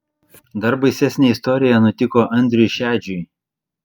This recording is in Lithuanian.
dar baisesnė istorija nutiko andriui šedžiui